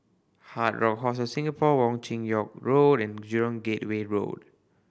Hard Rock Hostel Singapore Wong Chin Yoke Road and Jurong Gateway Road